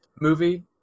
movie